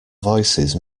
voices